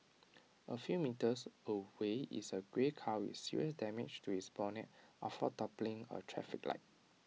A few metres away is A grey car with serious damage to its bonnet after toppling A traffic light